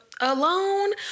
Alone